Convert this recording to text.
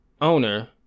owner